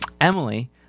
Emily